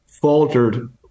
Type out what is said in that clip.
faltered